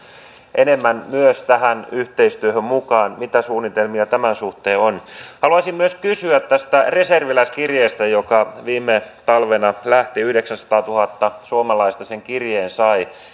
enemmän tähän yhteistyöhön mukaan mitä suunnitelmia tämän suhteen on haluaisin myös kysyä reserviläiskirjeestä joka viime talvena lähti ja yhdeksänsataatuhatta suomalaista sen kirjeen sai